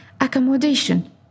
accommodation